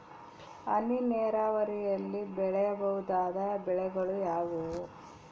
ಹನಿ ನೇರಾವರಿಯಲ್ಲಿ ಬೆಳೆಯಬಹುದಾದ ಬೆಳೆಗಳು ಯಾವುವು?